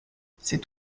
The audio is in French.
cet